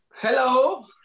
Hello